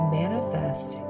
manifest